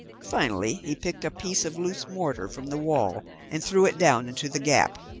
finally he picked a piece of loose mortar from the wall and threw it down into the gap.